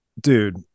dude